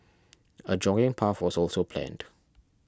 a jogging path was also planned